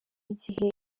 igihe